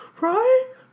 right